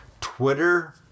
Twitter